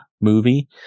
movie